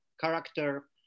character